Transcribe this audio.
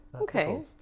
Okay